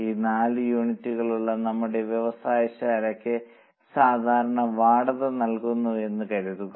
ഈ 4 യൂണിറ്റുകളുള്ള നമ്മുടെ വ്യവസായ ശാലയ്ക്ക് സാധാരണ വാടക നൽകുന്നുവെന്ന് കരുതുക